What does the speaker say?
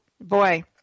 boy